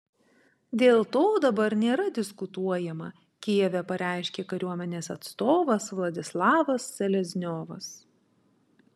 dėl to dabar nėra diskutuojama kijeve pareiškė kariuomenės atstovas vladislavas selezniovas